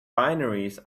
binaries